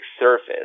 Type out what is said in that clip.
surface